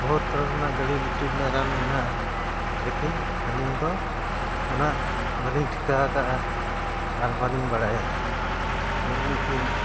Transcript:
ᱵᱚᱦᱩᱛ ᱨᱮᱱᱟᱜ ᱡᱩᱲᱤ ᱢᱩᱴᱤ ᱨᱮᱱᱟᱜ ᱨᱟᱱ ᱢᱮᱱᱟᱜᱼᱟ ᱞᱮᱠᱤᱱ ᱟᱹᱞᱤᱧ ᱫᱚ ᱩᱱᱟᱹᱜ ᱵᱟᱞᱤᱧ ᱴᱷᱤᱠᱟᱹ ᱟᱠᱟᱫᱼᱟ ᱟᱨ ᱵᱟᱹᱞᱤᱧ ᱵᱟᱲᱟᱭᱟ ᱡᱮᱢᱚᱱ ᱠᱤ